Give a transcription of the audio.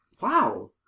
Wow